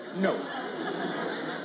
No